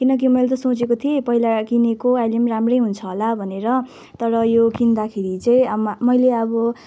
किनकि मैले त सोचेको थिएँ पहिला किनेको अहिले पनि राम्रै हुन्छ होला भनेर तर यो किन्दाखेरि चाहिँ आमा मैले अब